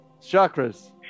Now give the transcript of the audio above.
Chakras